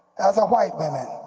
as a white